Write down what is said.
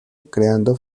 creando